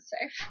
safe